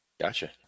Gotcha